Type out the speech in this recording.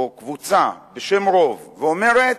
או קבוצה, בשם רוב, ואומרת: